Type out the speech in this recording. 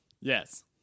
Yes